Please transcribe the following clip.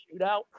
shootout